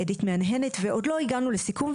ועוד לא הגענו לסיכום,